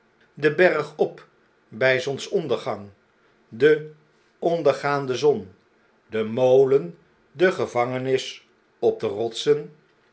den berg op bg zonsondergang de ondergaande zon de molen de gevangenis opderotsen net